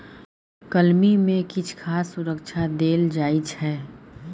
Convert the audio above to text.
कलमी मे किछ खास सुरक्षा देल जाइ छै